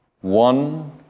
One